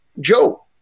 Joe